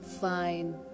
fine